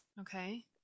Okay